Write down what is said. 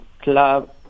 club